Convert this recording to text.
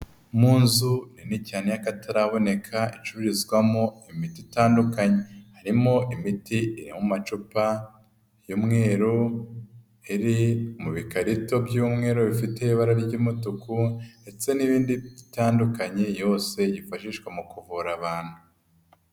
Mu nzu nini cyane y'akataraboneka, icurizwamo imiti itandukanye, harimo imiti, amacupa y'umweru arimo ibikarito by'umweru bifite ibara ry'umutuku ndetse n'ibindi bitandukanye yose yifashishwa mu kuvura abantu.